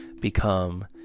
become